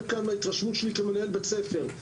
מהתרשמות לי כמנהל בית ספר,